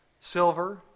silver